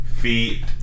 feet